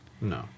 No